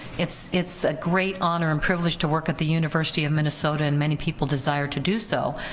it's it's a great honor and privilege to work at the university of minnesota, and many people desire to do so,